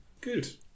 good